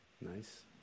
Nice